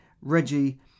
Reggie